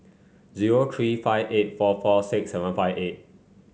zero three five eight four four six seven five eight